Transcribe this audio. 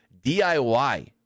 DIY